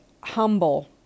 humble